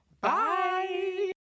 Bye